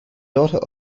daughter